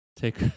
take